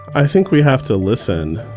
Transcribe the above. i think we have to listen